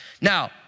Now